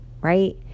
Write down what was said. right